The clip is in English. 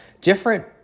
different